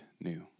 new